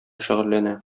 шөгыльләнә